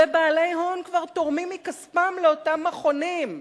ובעלי הון כבר תורמים מכספם לאותם מכונים,